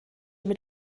mit